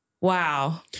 Wow